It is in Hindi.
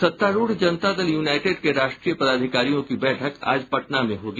सत्तारूढ़ जनता दल यूनाईटेड के राष्ट्रीय पदाधिकारियों की बैठक आज पटना में होगी